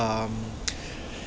um